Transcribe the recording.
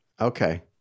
Okay